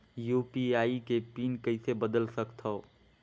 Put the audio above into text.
UPI के PIN कइसे बदल सकथव?